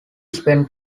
spent